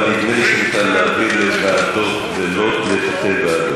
אבל נדמה לי שניתן להעביר לוועדות ולא לתת-ועדות.